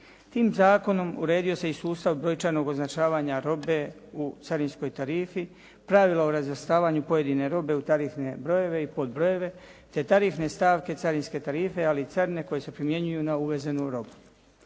Tim zakonom uredio se i sustav brojčanog označavanja robe u carinskoj tarifi, pravila o razvrstavanju pojedine robe u tarifne brojeve i podbrojeve te tarifne stavke carinske tarife, ali i carine koji se primjenjuju na uvezenu robu.